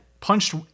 punched